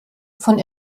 von